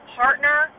partner